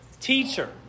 teacher